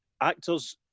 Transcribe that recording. actors